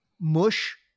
mush